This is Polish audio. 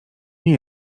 nie